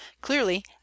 Clearly